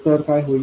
current लहान असेल